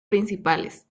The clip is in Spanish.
principales